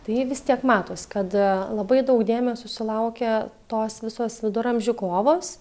tai vis tiek matos kad labai daug dėmesio sulaukia tos visos viduramžių kovos